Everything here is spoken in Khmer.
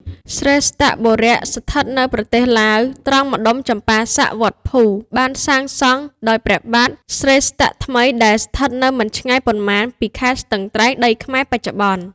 ស្រេស្តបុរៈ ស្ថិតនៅប្រទេសលាវ ត្រង់ម្តុំចម្ប៉ាសាក់-វត្តភូ បានសាងសង់ ដោយព្រះបាទស្រេស្តថ្មី ដែលស្ថិតនៅមិនឆ្ងាយប៉ុន្មានពីខេត្តស្ទឹងត្រែង ដីខ្មែរ បច្ចុប្បន្ន។